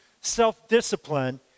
self-discipline